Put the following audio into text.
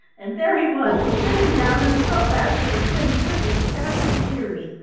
and there he was spinning down them so fast that the wind whistled past his ears.